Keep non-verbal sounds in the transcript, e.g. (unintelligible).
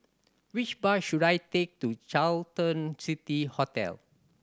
which bus should I take to (unintelligible) City Hotel